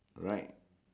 right